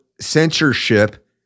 censorship